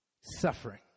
suffering